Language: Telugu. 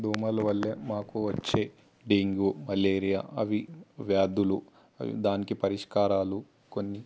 దోమలు వల్లే మాకు వచ్చే డెంగ్యూ మలేరియా అవి వ్యాధులు దానికి పరిష్కారాలు కొన్ని